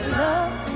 love